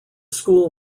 school